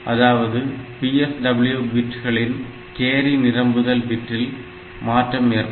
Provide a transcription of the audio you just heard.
அதாவது PSW பிட்டுகளின் carry நிரம்புதல் பிட்டில் மாற்றம் ஏற்படும்